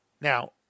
Now